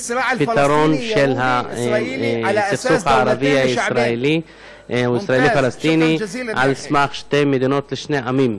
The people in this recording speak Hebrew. פתרון של הסכסוך הישראלי פלסטיני על סמך שתי מדינות לשני עמים.